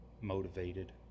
motivated